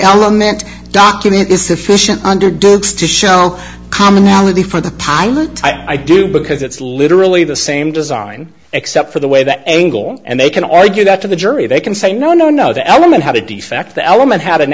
element document is sufficient under dogs to show commonality for the pilot i do because it's literally the same design except for the way that angle and they can argue that to the jury they can say no no no the element had a defect the element had an